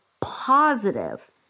positive